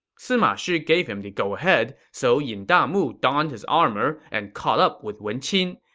sima shi gave him the go-ahead, so yin damu donned his armor and caught up with wen qin.